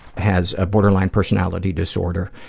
has borderline personality disorder,